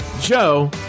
Joe